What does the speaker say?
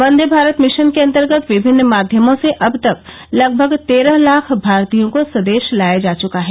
वंदे Bharat mission के अंतर्गत विभिन्न माध्यमों से अब तक लगभग तेरह लाख भारतीयों को स्वदेश लाया जा चुका है